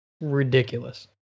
ridiculous